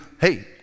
hey